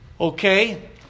Okay